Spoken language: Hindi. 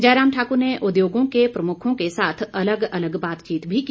जयराम ठाकुर ने उद्योगों के प्रमुखों के साथ अलग अलग बातचीत भी की